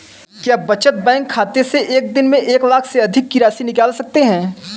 क्या बचत बैंक खाते से एक दिन में एक लाख से अधिक की राशि निकाल सकते हैं?